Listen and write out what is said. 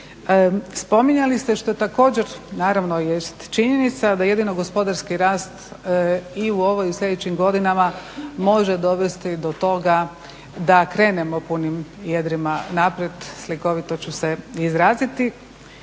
spominjali ste što je također naravno jest činjenica da jedino gospodarski rast i u ovoj i u sljedećim godinama može dovesti do toga da krenemo punim jedrima naprijed, slikovito ću se izraziti.